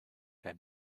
can